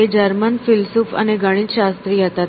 તેથી તે જર્મન ફિલસૂફ અને ગણિતશાસ્ત્રી હતા